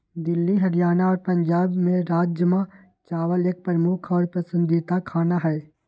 दिल्ली हरियाणा और पंजाब में राजमा चावल एक प्रमुख और पसंदीदा खाना हई